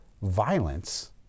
Violence